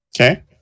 Okay